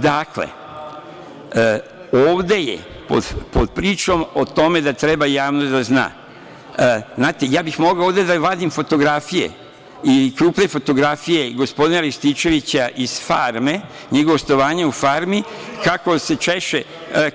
Dakle, ovde je pod pričom o tome da treba javnost da zna, znate, ja bih mogao ovde da vadim fotografije i krupne fotografije i gospodina Rističevića iz "Farme", njegovo gostovanje u "Farmi",